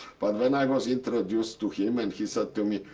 but when i was introduced to him, and he said to me,